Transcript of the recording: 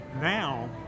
now